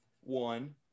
one